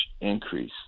increase